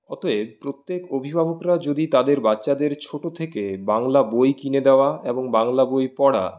অতএব প্রত্যেক অভিভাবকরা যদি তাদের বাচ্চাদের ছোটো থেকে বাংলা বই কিনে দেওয়া এবং বাংলা বই পড়া